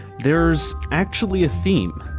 there's actually a theme.